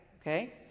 Okay